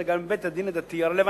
אלא גם על-ידי בית-הדין הדתי הרלוונטי.